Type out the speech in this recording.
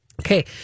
Okay